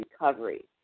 recovery